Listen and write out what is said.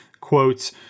quotes